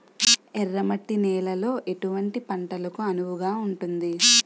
ఎర్ర మట్టి నేలలో ఎటువంటి పంటలకు అనువుగా ఉంటుంది?